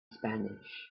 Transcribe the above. spanish